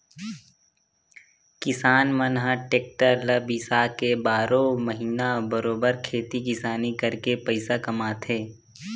किसान मन ह टेक्टर ल बिसाके बारहो महिना बरोबर खेती किसानी करके पइसा कमाथे